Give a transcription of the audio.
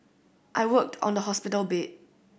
I worked on the hospital bed